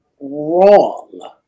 wrong